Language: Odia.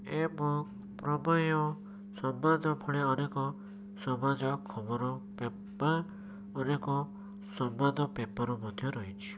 ଏବଂ ପ୍ରମେୟ ସମ୍ବାଦ ଭଳି ଅନେକ ସମାଜ ଖବର ପେ ବା ଅନେକ ସମ୍ବାଦ ପେପର ମଧ୍ୟ ରହିଛି